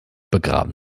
begraben